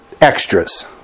extras